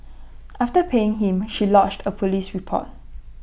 after paying him she lodged A Police report